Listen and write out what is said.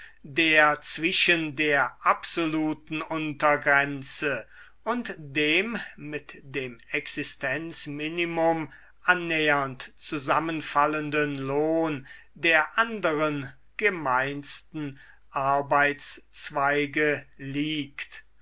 der zwischen der absoluten untergrenze und dem mit dem existenzminimum annähernd zusammenfallenden lohn der anderen gemeinsten arbeitszweige liegt